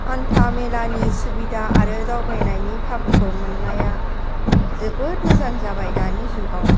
हानथा मेलानि सुबिदा आरो दावबायनायनि खाबुखौ मोननाया जोबोर मोजां जाबाय दानि जुगाव